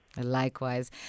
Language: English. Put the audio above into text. Likewise